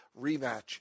rematch